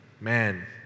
man